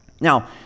Now